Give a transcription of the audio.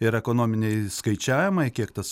ir ekonominiai skaičiavimai kiek tas